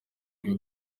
rwe